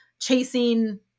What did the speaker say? chasing